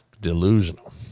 delusional